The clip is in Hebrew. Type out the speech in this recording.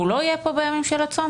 הוא לא יהיה פה בימים של הצום.